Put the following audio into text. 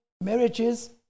marriages